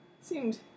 seemed